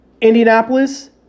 Indianapolis